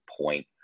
point